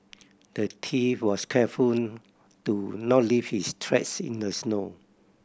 the thief was careful to not leave his tracks in the snow